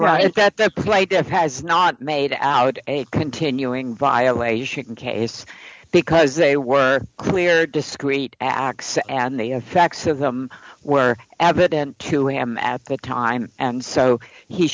right that the plaintiff has not made out a continuing violation case because they were clear discrete acts and the facts of them were evident to him at that time and so he